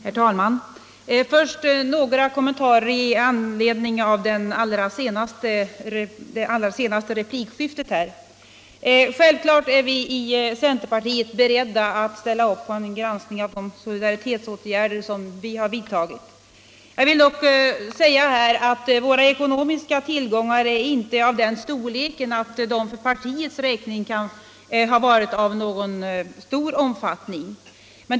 Herr talman! Först några kommentarer i anledning av det allra senaste replikskiftet här. Självfallet är vi inom centerpartiet beredda att ställa upp för en granskning av de solidaritetsåtgärder som vi har vidtagit. Jag vill dock säga att våra ekonomiska tillgångar inte är av sådan storlek att de för partiets räkning kan ha varit av någon särskilt stor omfattning.